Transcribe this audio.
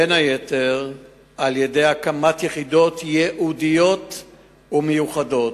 בין היתר הקמת יחידות ייעודיות ומיוחדות.